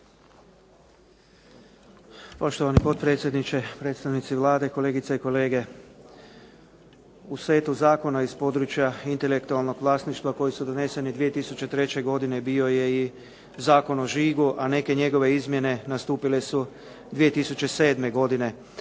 Poštovani potpredsjedniče, predstavnici Vlade, kolegice i kolege. U setu zakona iz područja intelektualnog vlasništva koji su doneseni 2003. godine bio je i Zakon o žigu, a neke njegove izmjene nastupile su 2007. godine.